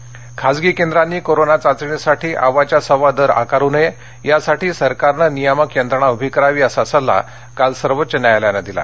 चाचणी खर्च खाजगी केंद्रांनी कोरोना चाचणीसाठी अवाच्या सवा दर आकारू नये यासाठी सरकारनं नियामक यंत्रणा उभी करावी असा सल्ला काल सर्वोच्च न्यायालयानं दिला